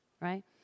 right